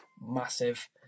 massive